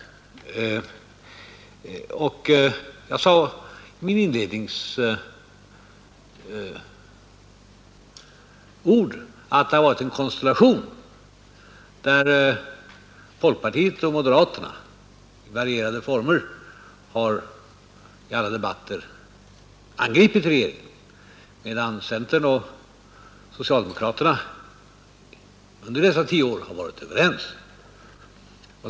Jag framhöll också i mina inledningsord att det har funnits en konstellation där folkpartiet och moderaterna i alla debatter och i varierande former har angripit regeringen, medan centern och socialdemokraterna under de gångna tio åren har varit överens.